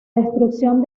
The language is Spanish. destrucción